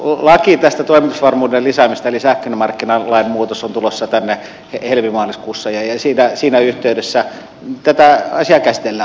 laki tästä toimitusvarmuuden lisäämisestä eli sähkömarkkinalain muutos on tulossa tänne helmimaaliskuussa ja siinä yhteydessä tätä asiaa käsitellään